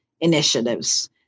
initiatives